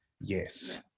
Yes